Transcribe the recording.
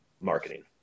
marketing